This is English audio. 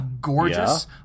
gorgeous